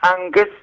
Angus